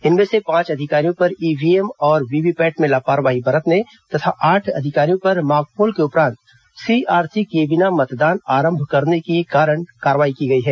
इनमें से पांच अधिकारियों पर ईव्हीएम और वीवीपैट में लापरवाही बरतने तथा आठ अधिकारियों पर मॉकपोल के उपरांत सीआरसी किये बिना मतदान प्रारंभ कराने के कारण की गई है